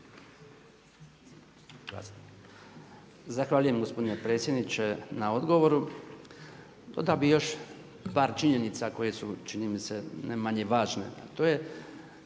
Zahvaljujem gospodine predsjedniče na dogovoru. Dodao bih još par činjenica koje su čini mi se ne manje važne